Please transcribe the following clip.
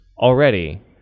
already